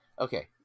Okay